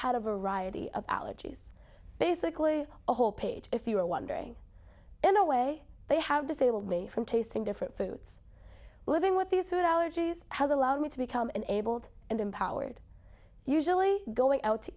had a variety of allergies basically a whole page if you're wondering in a way they have disabled me from tasting different foods living with these food allergies has allowed me to become enabled and empowered usually going out to